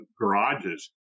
garages